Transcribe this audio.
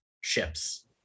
ships